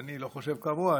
ואני לא חושב כמוה,